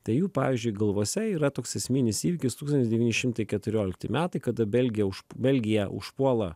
tai jų pavyzdžiui galvose yra toks esminis įvykis tūkstantis devyni šimtai keturiolikti metai kada belgija už belgiją užpuola